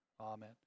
Amen